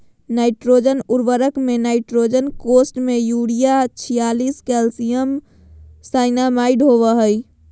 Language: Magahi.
नाइट्रोजन उर्वरक में नाइट्रोजन कोष्ठ में यूरिया छियालिश कैल्शियम साइनामाईड होबा हइ